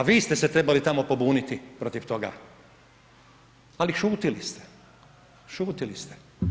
A vi ste se trebali tamo pobuniti protiv toga, ali šutili ste, šutili ste.